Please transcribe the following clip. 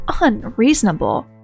unreasonable